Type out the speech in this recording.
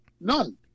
none